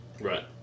Right